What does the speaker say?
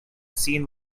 seen